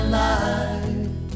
life